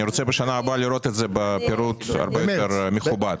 אני רוצה בשנה הבאה לראות פירוט הרבה יותר מפורט.